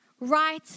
Right